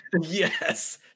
Yes